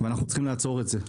אנחנו צריכים לעצור את זה,